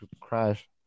crash